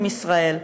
עם ישראל,